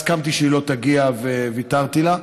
הסכמתי שהיא לא תגיע וויתרתי לה.